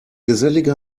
gesellige